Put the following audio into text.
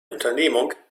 unternehmung